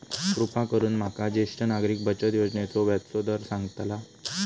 कृपा करून माका ज्येष्ठ नागरिक बचत योजनेचो व्याजचो दर सांगताल